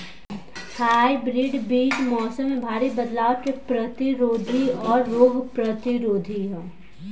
hybrid बीज मौसम में भारी बदलाव के प्रतिरोधी और रोग प्रतिरोधी ह